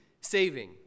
saving